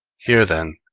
here, then,